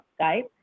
skype